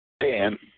Dan